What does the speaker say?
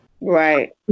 Right